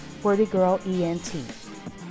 wordygirlent